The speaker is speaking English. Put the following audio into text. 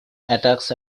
attacks